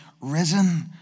risen